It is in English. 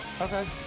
Okay